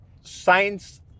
science